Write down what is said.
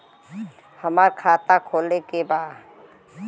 हमार खाता खोले के बा?